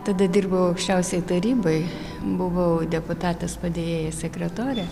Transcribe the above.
tada dirbau aukščiausioj taryboj buvau deputatės padėjėja sekretorė